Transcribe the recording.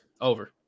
Over